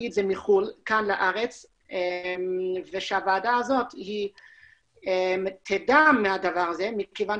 את זה מחו"ל לארץ ושהוועדה הזאת תדע מהדבר הזה כיוון